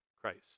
Christ